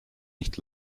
nicht